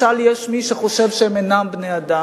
משל יש מי שחושב שהם אינם בני-אדם.